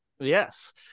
Yes